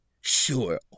Sure